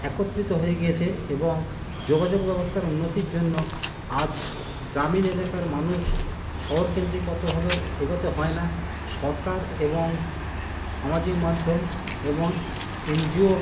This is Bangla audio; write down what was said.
একত্রিত হয়ে গিয়েছে এবং যোগাযোগ ব্যবস্থার উন্নতির জন্য আজ গ্রামীণ এলাকার মানুষ শহরকেন্দ্রিক অত ভাবে এগোতে হয় না সরকার এবং সামাজিক মাধ্যম এবং এনজিও